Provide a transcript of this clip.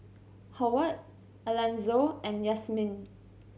Howard Alanzo and Yasmine